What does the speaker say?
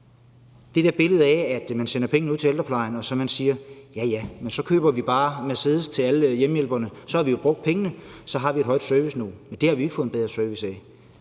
det der billede af, at man sender penge ud til ældreplejen, og så siger man der: Ja, ja, men så køber vi bare Mercedeser til alle hjemmehjælperne, for så har vi jo brugt pengene, og så har vi et højt serviceniveau. Men det har vi jo ikke fået en bedre service af.